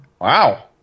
Wow